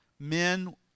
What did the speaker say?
men